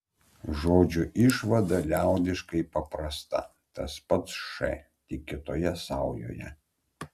žodžiu išvada liaudiškai paprasta tas pats š tik kitoje saujoje